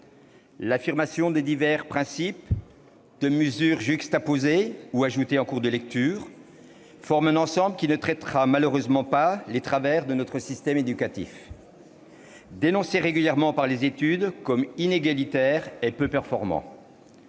L'affirmation de divers principes, des mesures juxtaposées ou ajoutées en cours de lecture forment un ensemble qui ne traitera malheureusement pas les travers de notre système éducatif, dénoncé régulièrement par les études comme inégalitaire et peu performant.